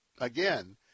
Again